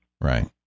Right